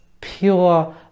pure